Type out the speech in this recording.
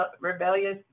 rebellious